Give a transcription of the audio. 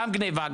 גם גניבה,